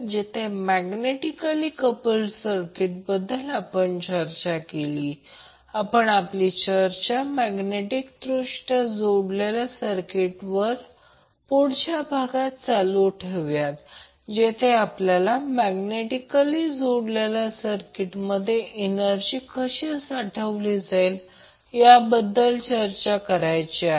जेथे आपण magnetically coupled सर्किटबद्दल चर्चा केली आपण आपली चर्चा मैग्नेटिक दृष्ट्या जोडलेल्या सर्किटवर पुढच्या भागात चालू ठेवू या जेथे आपल्याला मैग्नेटिकली जोडलेल्या सर्किटमध्ये एनर्जी कशी साठवली जाते याबद्दल चर्चा करायची आहे